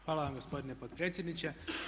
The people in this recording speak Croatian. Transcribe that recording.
Hvala vam gospodine potpredsjedniče.